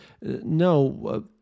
no